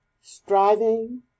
striving